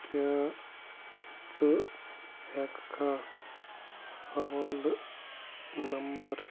کیٛاہ ژٕ ہیٚکہٕ کھا حوالہ نمبَر